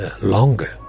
longer